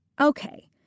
Okay